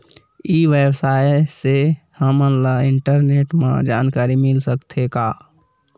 ई व्यवसाय से हमन ला इंटरनेट मा जानकारी मिल सकथे का?